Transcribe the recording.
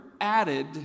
added